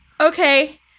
Okay